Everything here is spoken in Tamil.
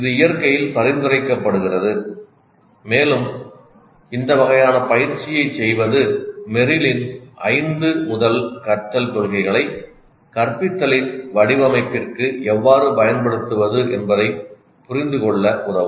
இது இயற்கையில் பரிந்துரைக்கப்படுகிறது மேலும் இந்த வகையான பயிற்சியைச் செய்வது மெர்ரிலின் ஐந்து முதல் கற்றல் கொள்கைகளை கற்பித்தலின் வடிவமைப்பிற்கு எவ்வாறு பயன்படுத்துவது என்பதைப் புரிந்துகொள்ள உதவும்